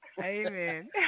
Amen